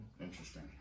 Interesting